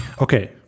Okay